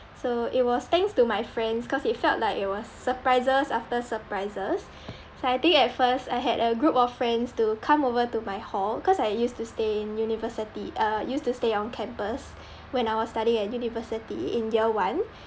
so it was thanks to my friends cause it felt like it was surprises after surprises so I think at first I had a group of friends to come over to my hall cause I used to stay in university uh used to stay on campus when I was studying at university in year one